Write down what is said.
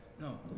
no